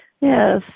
yes